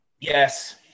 Yes